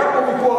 היה פה ויכוח,